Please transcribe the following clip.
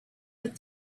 but